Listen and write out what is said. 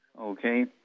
Okay